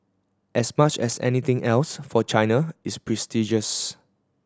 as much as anything else for China it's prestigious